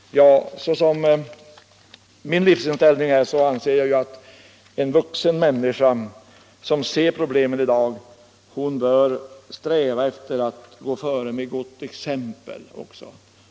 Såsom min livsinställning är anser jag att en vuxen människa som ser problemen bör sträva efter att gå före med gott exempel.